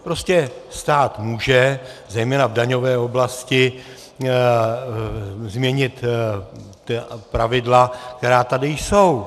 Prostě stát může zejména v daňové oblasti změnit pravidla, která tady jsou.